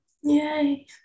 Yay